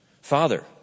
Father